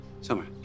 Summer